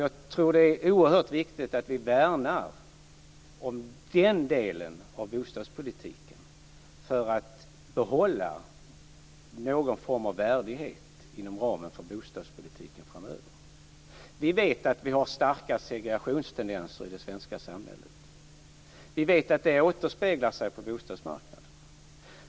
Jag tror att det är oerhört viktigt att vi värnar om den delen av bostadspolitiken för att behålla någon form av värdighet inom ramen för bostadspolitiken framöver. Vi vet att det finns starka segregationstendenser i det svenska samhället. Vi vet att det återspeglar sig på bostadsmarknaden.